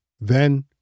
Then